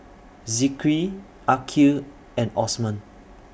Zikri Aqil and Osman